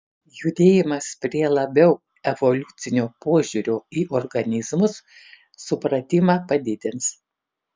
judėjimas prie labiau evoliucinio požiūrio į organizmus supratimą padidins